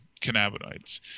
cannabinoids